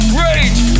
rage